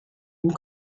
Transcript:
and